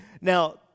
now